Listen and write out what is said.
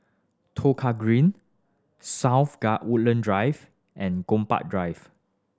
Kong Green South Woodland Drive and Gombak Drive